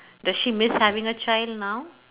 does she miss having a child now